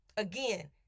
Again